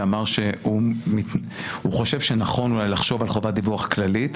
שאמר שהוא חשוב שנכון אולי לחשוב על חובת דיווח כללית,